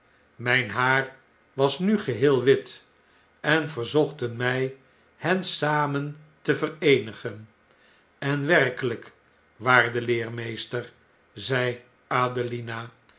mijn haar was nu gebeel wit enverzochten my hen samen te vereenigen en werkelijk waarde leermeester zei